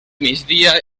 migdia